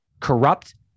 corrupt